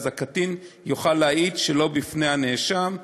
הקטין יוכל להעיד שלא בפני הנאשם,